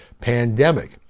pandemic